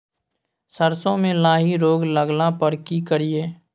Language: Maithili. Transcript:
सरसो मे लाही रोग लगला पर की करिये?